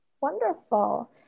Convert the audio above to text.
Wonderful